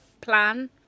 plan